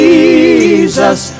Jesus